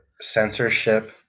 censorship